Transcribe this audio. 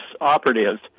operatives